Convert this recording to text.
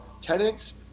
tenants